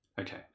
Okay